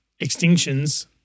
extinctions